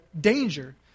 danger